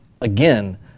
Again